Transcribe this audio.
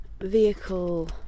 vehicle